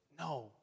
No